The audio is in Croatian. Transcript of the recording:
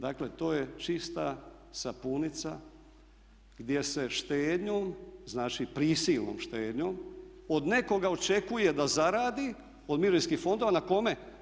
Dakle, to je čista sapunica gdje se štednjom, znači prisilnom štednjom od nekoga očekuje da zaradi, od mirovinskih fondova, na kome?